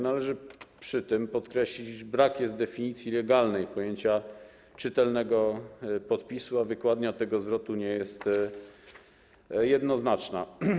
Należy przy tym podkreślić, iż brak jest definicji legalnej pojęcia czytelnego podpisu, a wykładnia tego zwrotu nie jest jednoznaczna.